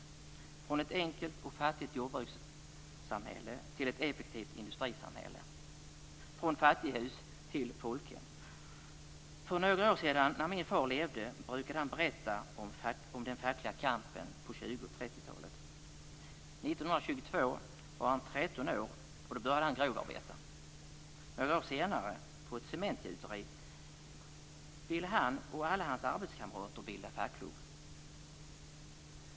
Det har förändrats från ett enkelt och fattigt jordbrukssamhälle till ett effektivt industrisamhälle. Vi har gått från fattighus till folkhem. För några år sedan när min far levde brukade han berätta om den fackliga kampen på 20 och 30-talen. 1922 var han 13 år, och då började han grovarbeta. Några år senare på ett cementgjuteri ville han och alla hans arbetskamrater bilda en fackklubb.